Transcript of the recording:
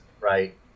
right